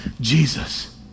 Jesus